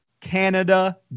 Canada